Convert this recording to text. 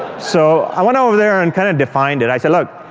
so i went over there and kind of defined it. i said, look,